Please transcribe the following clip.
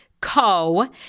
Co